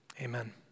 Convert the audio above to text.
Amen